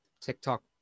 TikTok